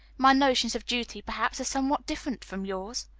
my notions of duty, perhaps, are somewhat different from yours.